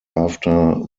after